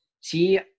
see